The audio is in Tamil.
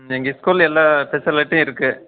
எங்கள் ஸ்கூலில் எல்லா ஃபெசிலிட்டியும் இருக்குது